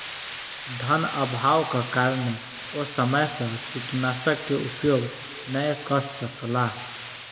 धनअभावक कारणेँ ओ समय सॅ कीटनाशक के उपयोग नै कअ सकला